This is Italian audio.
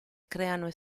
creano